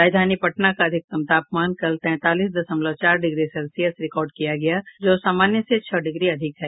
राजधानी पटना का अधिकतम तापमान कल तैंतालीस दशमलव चार डिग्री सेल्सियस रिकॉर्ड किया गया जो सामान्य से छह डिग्री अधिक है